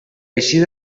eixir